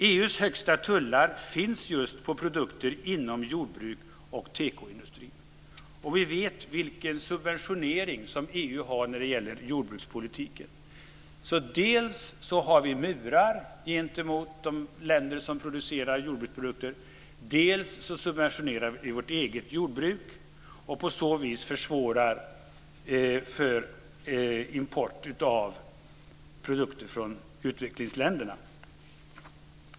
EU:s högsta tullar finns just på produkter inom jordbruk och tekoindustrin. Vi vet vilken subventionering EU har inom jordbrukspolitiken. Dels har vi murar gentemot de länder som producerar jordbruksprodukter, dels subventionerar vi vårt eget jordbruk. På så vis försvårar vi import av produkter från utvecklingsländerna.